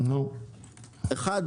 אחת,